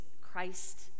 Christ